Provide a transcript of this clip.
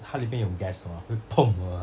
它里面有 gas mah 会 的吗